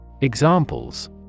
Examples